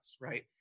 right